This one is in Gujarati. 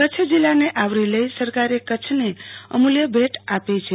કચ્છ જિલ્લાને આવરી લઈ સરકારે કચ્છને અમુલ્ય ભેટ આપી છે